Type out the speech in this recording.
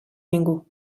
ningú